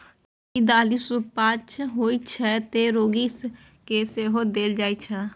ई दालि सुपाच्य होइ छै, तें रोगी कें सेहो देल जाइ छै